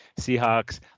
Seahawks